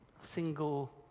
Single